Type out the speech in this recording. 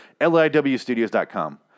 liwstudios.com